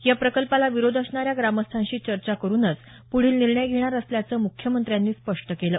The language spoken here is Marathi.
या प्रकल्पाला विरोध असणाऱ्या ग्रामस्थांशी चर्चा करुनच प्रढील निर्णय घेणार असल्याचं मुख्यमंत्र्यांनी स्पष्ट केलं